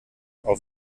auf